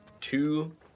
two